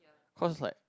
cause like